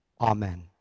Amen